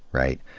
right?